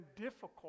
difficult